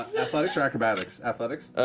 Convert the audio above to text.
athletics or acrobatics? athletics?